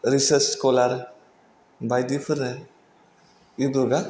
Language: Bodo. रिचार्ज स्क'लार बायदिफोरनो इ बुखा